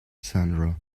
sandra